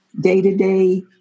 day-to-day